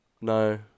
No